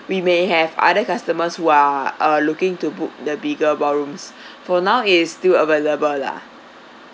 we may have other customers who are uh looking to book the bigger ballrooms for now it is still available lah